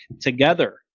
together